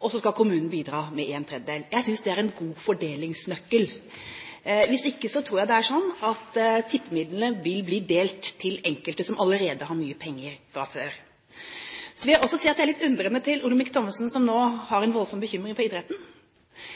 og så skal kommunen bidra med en tredjedel. Jeg synes det er en god fordelingsnøkkel. Hvis ikke tror jeg tippemidlene vil bli delt ut til noen som allerede har mye penger fra før. Så vil jeg også si at jeg er litt undrende til Olemic Thommessen som nå har en voldsom bekymring for idretten.